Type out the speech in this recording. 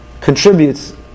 contributes